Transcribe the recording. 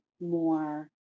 more